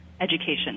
education